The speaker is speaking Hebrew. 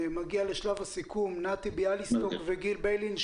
נתי ביאליסטוק וגיל ביילין,